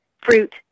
fruit